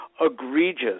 egregious